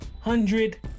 hundred